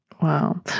Wow